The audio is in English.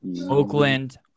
Oakland